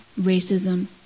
racism